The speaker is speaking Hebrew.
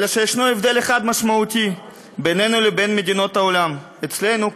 אלא שישנו הבדל אחד משמעותי בינינו לבין מדינות העולם: אצלנו,